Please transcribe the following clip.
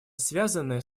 связанные